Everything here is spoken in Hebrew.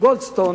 גולדסטון